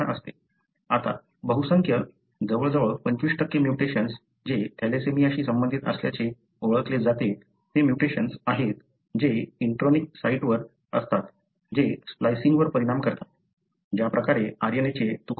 आता बहुसंख्य जवळजवळ 25 म्युटेशन्स जे थॅलेसेमियाशी संबंधित असल्याचे ओळखले जाते ते म्युटेशन्स आहेत जे इंट्रोनिक साइटवर असतात जे स्प्लायसिंग वर परिणाम करतात ज्या प्रकारे RNA चे तुकडे केले जातात